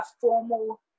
formal